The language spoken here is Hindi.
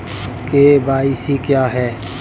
के.वाई.सी क्या है?